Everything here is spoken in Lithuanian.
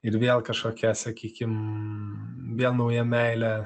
ir vėl kažkokia sakykim vėl nauja meilė